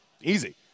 easy